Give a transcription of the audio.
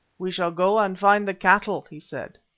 we shall go and find the cattle, he said,